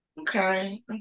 Okay